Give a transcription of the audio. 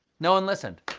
no one listened.